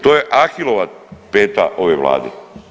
To je Ahilova peta ove Vlade.